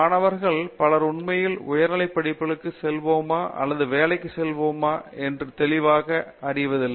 மாணவர்கள் பலர் உண்மையில் உயர்நிலைப் படிப்புகளுக்கு செல்வோமா அல்லது வேலைக்குச் செல்ல வேண்டுமா என்பது தெளிவாகத் தெரியவில்லை